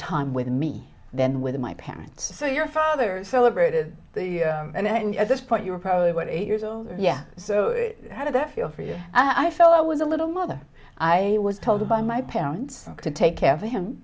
time with me than with my parents so your father celebrated and at this point you were probably what eight years old yeah so how did that feel for you i felt i was a little mother i was told by my parents to take care of him